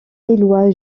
éloi